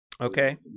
Okay